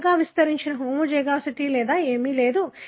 పెద్దగా విస్తరించిన హోమోజైగోసిటీ లేదా ఏదీ లేదు